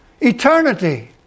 Eternity